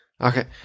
Okay